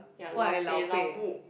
ya lao-peh lao-bu